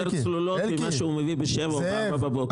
צלולות ממה שהוא מביא בשעה 07:00 בבוקר.